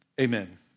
Amen